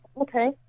okay